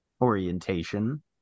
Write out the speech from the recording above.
orientation